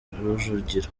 rujugiro